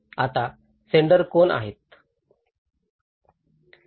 आता सेंडर कोण आहेत